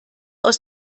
aus